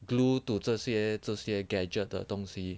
glue to 这些这些 gadget 的东西